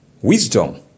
wisdom